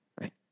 Right